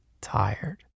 tired